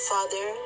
Father